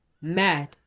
mad